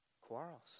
quarrels